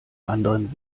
anderen